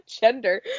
gender